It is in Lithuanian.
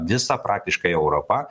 visa praktiškai europa